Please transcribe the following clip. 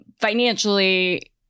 financially